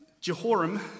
Jehoram